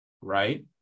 right